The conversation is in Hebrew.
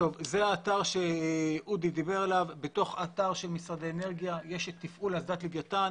בתוך האתר של משרד האנרגיה יש את התפעול של אסדת לוויתן.